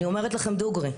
אני אומרת לכם דוגרי.